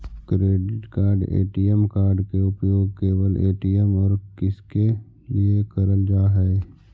Credit card ATM card के उपयोग केवल ए.टी.एम और किसके के लिए करल जा है?